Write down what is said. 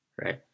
right